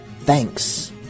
Thanks